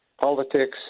politics